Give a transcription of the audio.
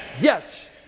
Yes